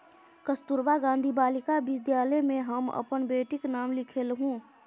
कस्तूरबा गांधी बालिका विद्यालय मे हम अपन बेटीक नाम लिखेलहुँ